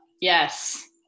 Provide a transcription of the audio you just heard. Yes